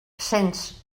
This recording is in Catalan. sents